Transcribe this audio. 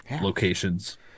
locations